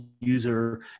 user